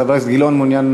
חבר הכנסת גילאון מעוניין